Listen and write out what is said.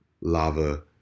lava